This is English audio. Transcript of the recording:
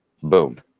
Boom